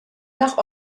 nach